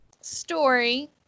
story